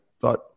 thought